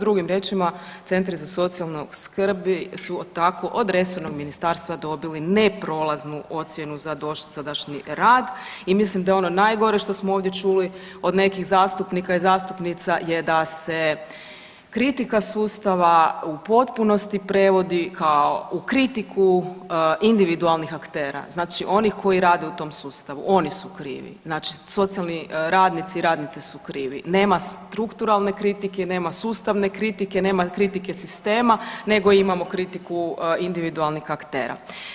Drugim riječima centri za socijalnu skrb su tako od resornog ministarstva dobili neprolaznu ocjenu za dosadašnji rad i mislim da je ono najgore što smo ovdje čuli od nekih zastupnika i zastupnica je da se kritika sustava u potpunosti prevodi kao u kritiku individualnih aktera, znači onih koji rade u tom sustavu, oni su krivi, znači socijalni radnici i radnici su krivi, nema strukturalne kritike, nema sustavne kritike, nema kritike sistema nego imamo kritiku individualnih aktera.